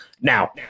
Now